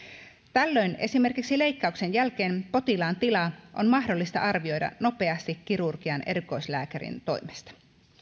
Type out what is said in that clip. tällöin esimerkiksi leikkauksen jälkeen potilaan tila on mahdollista arvioida nopeasti kirurgian erikoislääkärin toimesta